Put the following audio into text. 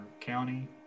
county